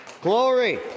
Glory